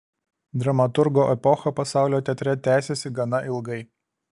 dramaturgo epocha pasaulio teatre tęsėsi gana ilgai